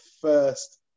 first